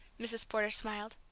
mrs. porter smiled.